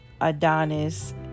Adonis